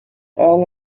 all